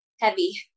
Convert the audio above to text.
heavy